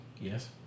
yes